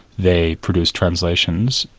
they produced translations.